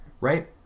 right